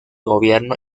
gobierno